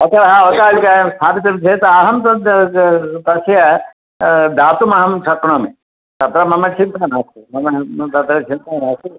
अतः अवकारिकां स्थापितं चेत् अहं तत् त् तस्य दातुं अहं शक्नोमि तत्र मम चिन्ता नास्ति मम ब ब चिन्ता नास्ति